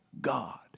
God